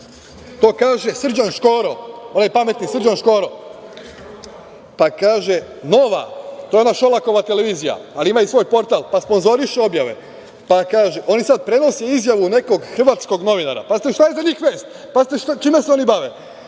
to kaže Srđan Škoro, onaj pametni Srđan Škoro. Pa, kaže „Nova“ to je ona Šolakova televizija, ali ima i svoj portal, pa sponzorišu objave, oni sad prenose izjavu nekog hrvatskog novinara. Pazite sad šta je za njih vest, pazite čime se oni bave.